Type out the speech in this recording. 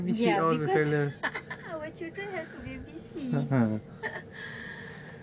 ya because our children have to baby sit